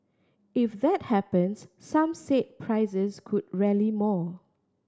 if that happens some said prices could rally more